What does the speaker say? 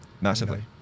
Massively